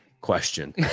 question